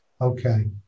Okay